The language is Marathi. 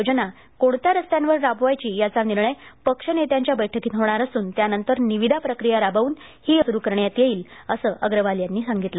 योजना कोणत्या रस्त्यांवर राबवायची याचा निर्णय पक्षनेत्यांच्या बैठकीत होणार असून त्यानंतर निविदा प्रक्रिया राबवून ही योजना सुरु करण्यात येईल येईल असं अग्रवाल यांनी सांगितलं